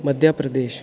Madhya Pradesh